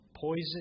Poison